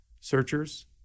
searchers